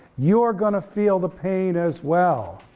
you're gonna feel the pain as well.